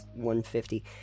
150